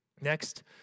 Next